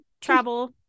travel